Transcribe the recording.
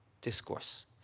discourse